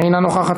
אינה נוכחת,